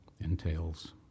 entails